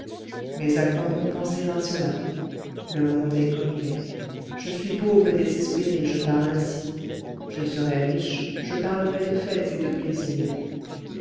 mais à quoi bon penser à cela le monde est comme il est je suis pauvre et désespéré je parle ainsi je serais riche je parlerais de fêtes et de plaisirs